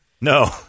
No